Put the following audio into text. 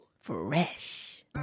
Fresh